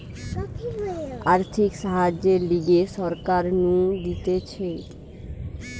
আর্থিক সাহায্যের লিগে সরকার নু দিতেছে